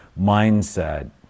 mindset